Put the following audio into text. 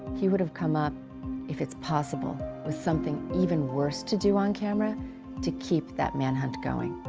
he would have come up if it's possible with something even worse to do on camera to keep that manhunt going.